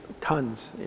tons